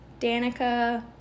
Danica